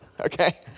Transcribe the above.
Okay